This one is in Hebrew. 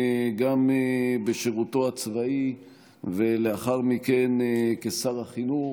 גם בשירותו הצבאי ולאחר מכן כשר החינוך,